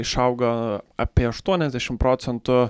išauga apie aštuoniasdešim procentų